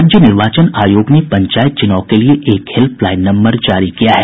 राज्य निर्वाचन आयोग ने पंचायत चुनाव के लिए एक हेल्प लाईन नम्बर जारी किया है